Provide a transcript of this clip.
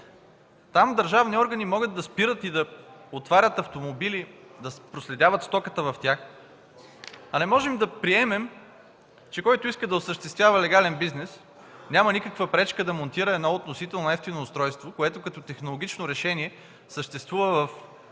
Там държавни органи могат да спират и да отварят автомобили, да проследяват стоката в тях, а не можем да приемем, че който иска да осъществява легален бизнес, няма никаква пречка да монтира едно относително евтино устройство, което като технологично решение съществува във